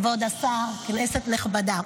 כבוד השר, כנסת נכבדה,